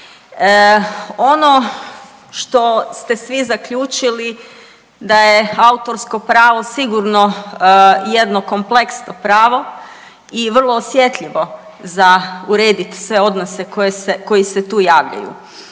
Ono što ste svi zaključili da je autorsko pravo sigurno jedno kompleksno pravo i vrlo osjetljivo za uredit sve odnose koji se tu javljaju.